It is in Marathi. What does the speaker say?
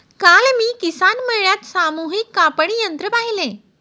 काल मी किसान मेळ्यात सामूहिक कापणी यंत्र पाहिले